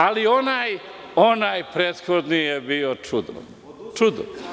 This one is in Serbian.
Ali, onaj prethodni je bio čudo.